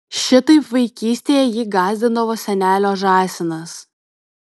šitaip vaikystėje jį gąsdindavo senelio žąsinas